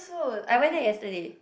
I went there yesterday